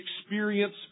experience